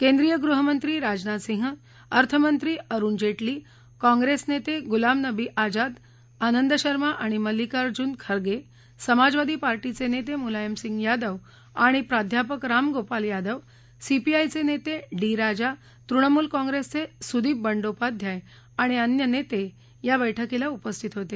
केंद्रीय गृह मंत्री राजनाथ सिंह अर्थमंत्री अरूण जेटली कांप्रेस नेते गुलाम नबी आजाद आनंद शर्मा आणि मल्लिकार्जुन खरगे समाजवादी पार्टीचे नेते मुलायम सिंह यादव आणि प्राध्यापक राम गोपाल यादव सीपीआयचे नेते डी राजा तृणमुल काँप्रेसचे सुदीप बंदोपाध्याय आणि अन्य नेते या बैठकीला उपस्थित होते